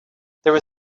there